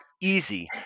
easy